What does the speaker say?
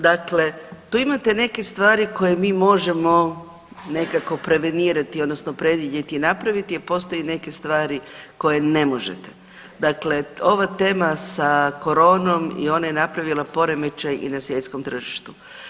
Dakle, tu imate neke stvari koje mi možemo nekako prevenirati odnosno predvidjeti i napraviti, a postoje neke stvari koje ne možete, dakle ova tema sa koronom i ona je napravila poremećaj i na svjetskom tržištu.